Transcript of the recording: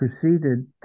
proceeded